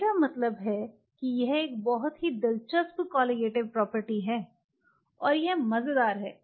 मेरा मतलब है कि यह एक बहुत ही दिलचस्प कोलीगेटिव प्रॉपर्टी है और यह मज़ेदार है